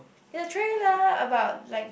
it's trailer about like